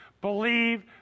Believe